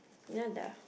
you know that